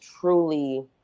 truly